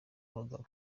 w’abagabo